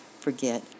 forget